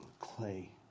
clay